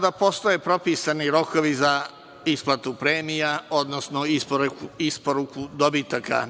da postoje propisani rokovi za isplatu premija, odnosno isporuku dobitaka